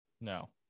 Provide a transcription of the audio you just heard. No